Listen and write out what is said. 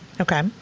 Okay